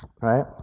right